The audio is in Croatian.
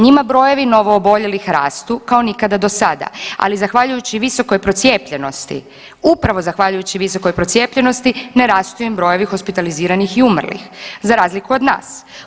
Njima brojevi novooboljelih rastu kao nikada dosada, ali zahvaljujući visokoj procijepljenosti, upravo zahvaljujući visokoj procijepljenosti ne rastu im brojevi hospitaliziranih i umrlih za razliku od nas.